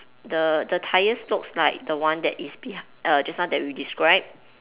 the the tyres looks like the one that is behi~ err just now that we described